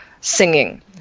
singing